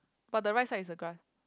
but the right side is the grass